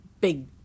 big